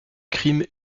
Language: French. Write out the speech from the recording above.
crime